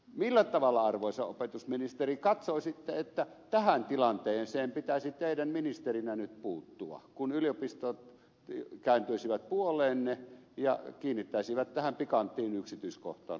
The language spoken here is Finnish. millä tavalla arvoisa opetusministeri katsoo sitten että tähän tilanteeseen pitäisi teidän ministerinä nyt puuttua kun yliopistot kääntyisivät puoleenne ja kiinnittäisivät tähän pikanttiin yksityiskohtaan huomiota